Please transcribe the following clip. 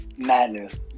madness